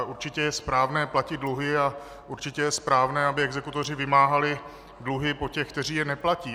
Určitě je správné platit dluhy a určitě je správné, aby exekutoři vymáhali dluhy po těch, kteří je neplatí.